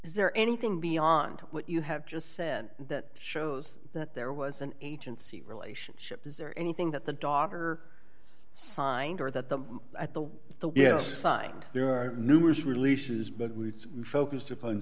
is there anything beyond what you have just said that shows that there was an agency relationship is there anything that the daughter signed or that the at the yes side there are numerous releases